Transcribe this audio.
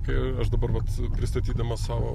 kai aš dabar vat pristatydamas savo